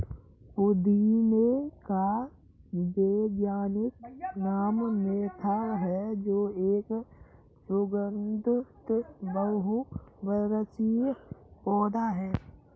पुदीने का वैज्ञानिक नाम मेंथा है जो एक सुगन्धित बहुवर्षीय पौधा है